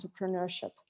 entrepreneurship